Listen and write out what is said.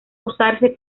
usarse